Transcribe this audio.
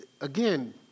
again